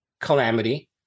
calamity